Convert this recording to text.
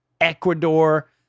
Ecuador